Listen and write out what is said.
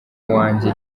wanjye